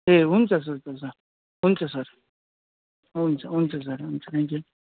ए हुन्छ सर हुन्छ सर हुन्छ हुन्छ सर हुन्छ थ्याङ्क यू